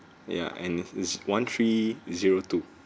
ya and is it's one three zero two